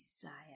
desire